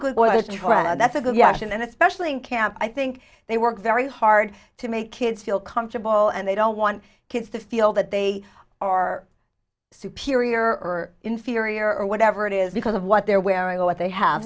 boy that's a good reaction and especially in camp i think they work very hard to make kids feel comfortable and they don't want kids to feel that they are superior or inferior or whatever it is because of what they're wearing or what they have